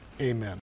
Amen